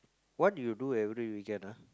what you do every weekend ah